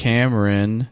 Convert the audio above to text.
Cameron